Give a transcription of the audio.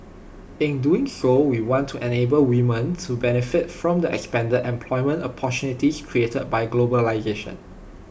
in doing so we want to enable women to benefit from the expanded employment opportunities created by globalisation